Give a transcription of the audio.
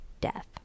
death